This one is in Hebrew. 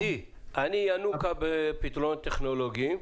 ידידי, אני ינוקא בפתרונות טכנולוגיים,